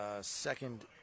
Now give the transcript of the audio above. Second –